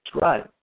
Right